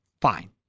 fine